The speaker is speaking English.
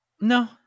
No